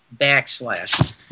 backslash